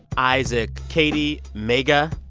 isaac, katie, mega,